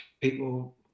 people